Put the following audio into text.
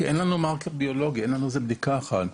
כי אין לנו סמן ביולוגי, אין לנו איזו בדיקה אחת.